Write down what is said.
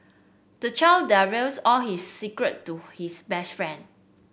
the child divulges all his secret to his best friend